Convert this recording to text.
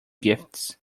gifts